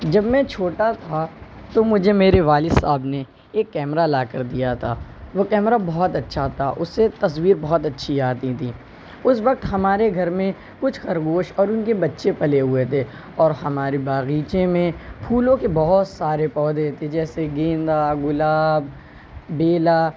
جب میں چھوٹا تھا تو مجھے میرے والد صاحب نے ایک کیمرہ لا کر دیا تھا وہ کیمرہ بہت اچھا تھا اس سے تصویر بہت اچھی آتی تھیں اس وقت ہمارے گھر میں کچھ خرگوش اور ان کے بچے پلے ہوئے تھے اور ہمارے باغیچے میں پھولوں کے بہت سارے پودے تھے جیسے گیندا گلاب بیلا